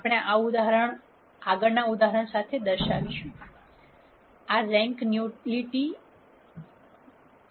તેથી આપણે આ ઉદાહરણ આગળના ઉદાહરણ સાથે દર્શાવીશું